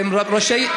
שהם ראשי,